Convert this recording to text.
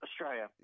Australia